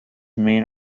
main